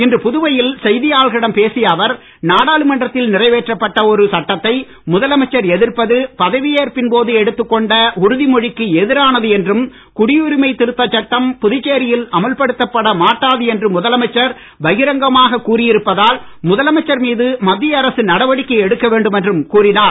இன்று புதுவையில் செய்தியாளர்களிடம் பேசிய அவர் நாடாளுமன்றத்தில் நிறைவேற்றப்பட்ட ஒரு சட்டத்தை முதலமைச்சர் எதிர்ப்பது பதவியேற்பின் போது எடுத்துக் கொண்ட உறுதிமொழிக்கு எதிரானது என்றும் குடியுரிமை திருத்தச் சட்டம் புதுச்சேரியில் அமல்படுத்தப்பட மாட்டாது என்று முதலமைச்சர் பகிரங்கமாகக் கூறியிருப்பதால் முதலமைச்சர் மீது மத்திய அரசு நடவடிக்கை எடுக்க வேண்டும் என்றும் கூறினார்